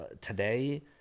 Today